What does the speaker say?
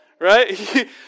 Right